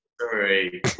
Sorry